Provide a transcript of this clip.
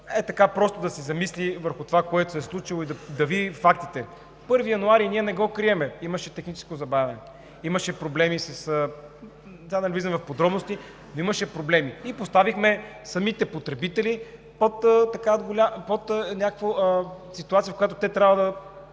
ей така просто да се замисли върху това, което се е случило, и да види фактите. На 1 януари, не го крием, имаше техническо забавяне – имаше проблеми. Да не влизам в подробности сега, но имаше проблеми – поставихме потребителите в ситуация, в която трябва да